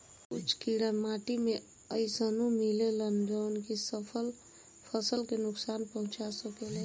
कुछ कीड़ा माटी में अइसनो मिलेलन जवन की फसल के नुकसान पहुँचा सकेले